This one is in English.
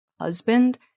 husband